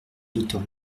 docteur